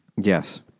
Yes